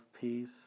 peace